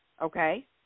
okay